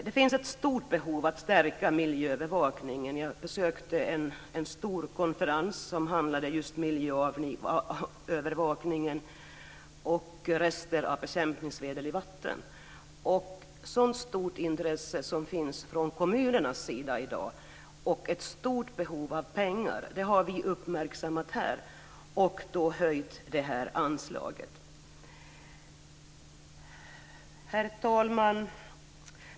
Det finns ett stort behov av att stärka miljöbevakningen. Jag besökte en stor konferens som handlade om just miljöövervakning och rester av bekämpningsmedel i vatten. Det finns ett stort intresse i kommunerna i dag och ett stort behov av pengar. Det har vi uppmärksammat och höjt det här anslaget. Herr talman!